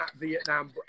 Vietnam